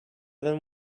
than